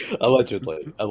Allegedly